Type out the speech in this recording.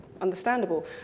understandable